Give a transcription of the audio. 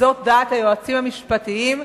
וזאת דעת היועצים המשפטיים,